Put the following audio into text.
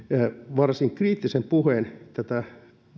varsin kriittisen puheen tätä